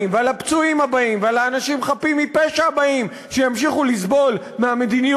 ואפילו לא עם הצעקות המופרעות של חבר הכנסת